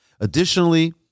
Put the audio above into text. Additionally